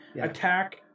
attack